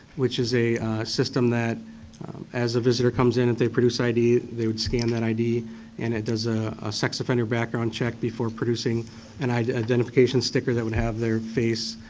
which is a system that as a visitor comes in if they produce id, they would scan that id and it does a sex offender background check before producing and an identification sticker that would have their face,